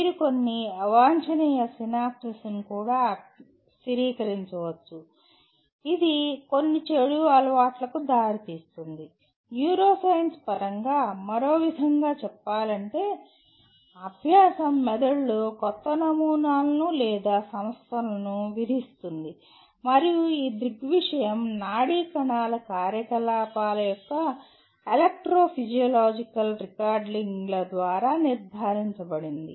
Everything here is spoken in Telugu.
మీరు కొన్ని అవాంఛనీయ సినాప్సెస్ను కూడా స్థిరీకరించవచ్చు ఇది కొన్ని చెడు అలవాట్లకు దారితీస్తుంది న్యూరోసైన్స్ పరంగా మరోవిధంగా చెప్పాలంటే అభ్యాసం మెదడులో కొత్త నమూనాలను లేదా సంస్థను విధిస్తుంది మరియు ఈ దృగ్విషయం నాడీ కణాల కార్యకలాపాల యొక్క ఎలక్ట్రోఫిజియోలాజికల్ రికార్డింగ్ల ద్వారా నిర్ధారించబడింది